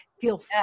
feel